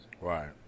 right